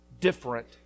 different